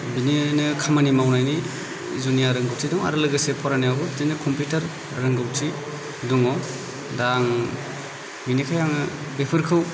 बिदिनो खामानि मावनायनि जुनिया रोंगौथि दं आरो लोगोसे फरायनायावबो बिदिनो कम्पिउटार रोंगौथि दङ दा आं बिनिखाय आङो बेफोरखौ